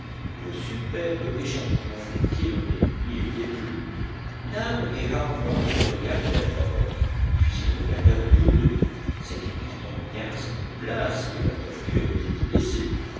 le superbe échantillon des chélonées n'y était plus nab et harbert se regardèrent d'abord puis ils regardèrent autour d'eux c'était pourtant bien à cette place que la tortue avait été laissée